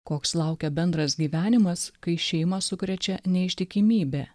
koks laukia bendras gyvenimas kai šeimą sukrečia neištikimybė